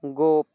গোপ